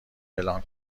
اعلام